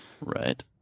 right